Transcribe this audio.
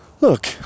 look